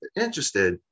interested